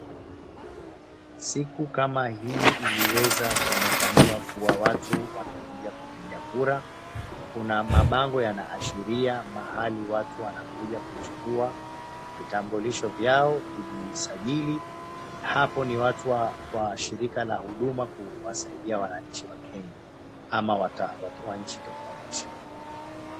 Siku kama hii iliweza kuonekaniwa kuwa watu wamekuja kupiga kura. Kuna mabango yanaashiria mahali watu wanakuja kuchukua vitambulisho vyao kujisajili. Hapo ni watu wa shirika la huduma kuwasaidia wananchi wa Kenya ama wa nchi tofauti.